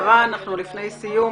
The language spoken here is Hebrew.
לפני סיום.